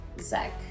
Zach